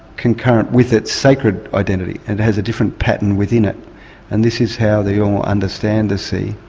concurrent with its sacred identity. and it has a different pattern within it and this is how the yolngu understand the sea.